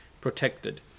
protected